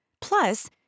Plus